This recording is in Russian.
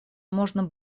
можно